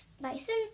Bison